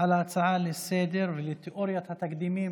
על ההצעה לסדר-היום ועל תאוריית התקדימים